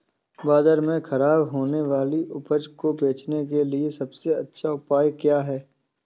बाजार में खराब होने वाली उपज को बेचने के लिए सबसे अच्छा उपाय क्या है?